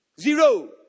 Zero